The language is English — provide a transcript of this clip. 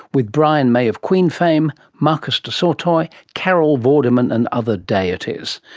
with brian may of queen fame, marcus du sautoy, carol vorderman and other deities.